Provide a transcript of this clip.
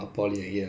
mmhmm